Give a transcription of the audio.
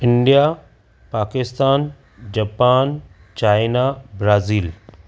India Pakistan Japan China Brazil